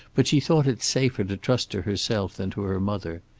but she thought it safer to trust to herself than to her mother.